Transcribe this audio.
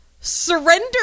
surrender